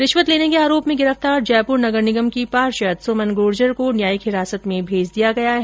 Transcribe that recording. रिश्वत लेने के आरोप में गिरफ्तार जयपुर नगर निगम की पार्षद सुमन गुर्जर को न्यायिक हिरासत में भेज दिया गया है